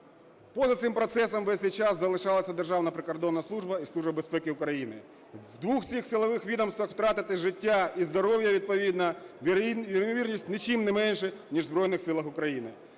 поза цим процесом весь цей час залишалась Державна прикордонна служба і Служба безпеки України. В двох цих силових відомствах втратити життя і здоров'я відповідно імовірність ні чим не менша, ніж в Збройних Силах України.